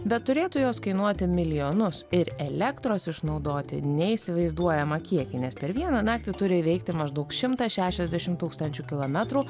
bet turėtų jos kainuoti milijonus ir elektros išnaudoti neįsivaizduojamą kiekį nes per vieną naktį turi įveikti maždaug šimtą šešiasdešimt tūkstančių kilometrų